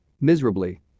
miserably